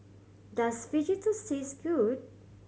does Fajitas taste good